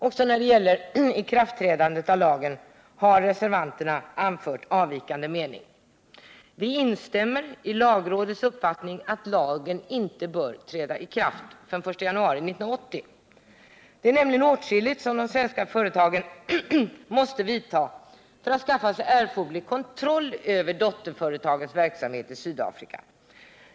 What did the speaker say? Också när det gäller ikraftträdandet av lagen har reservanterna anfört avvikande mening. Vi instämmer i lagrådets uppfattning att lagen inte bör träda i kraft förrän den 1 januari 1980. Det är nämligen åtskilligt som de svenska företagen måste vidta för att skaffa sig erforderlig kontroll över dotterföretagens verksamhet i Sydafrika.